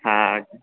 हां